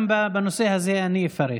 גם בנושא הזה אני אפרט.